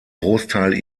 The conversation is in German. großteil